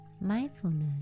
Mindfulness